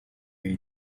you